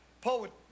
Poet